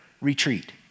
retreat